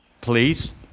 please